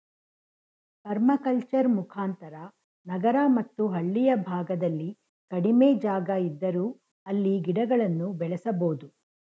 permaculture ಮುಖಾಂತರ ನಗರ ಮತ್ತು ಹಳ್ಳಿಯ ಭಾಗದಲ್ಲಿ ಕಡಿಮೆ ಜಾಗ ಇದ್ದರೂ ಅಲ್ಲಿ ಗಿಡಗಳನ್ನು ಬೆಳೆಸಬೋದು